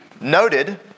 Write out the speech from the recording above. noted